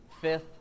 fifth